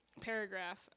paragraph